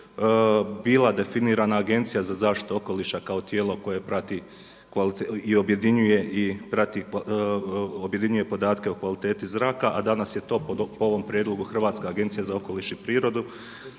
bila definirana Agencija za zaštitu okoliša kao tijelo koje prati i objedinjuje podatke o kvaliteti zraka a danas je to po ovom prijedlogu Hrvatska agencija za okoliš i prirodu.